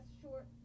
short